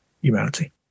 humanity